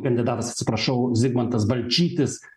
kandidatas atsiprašau zigmantas balčytis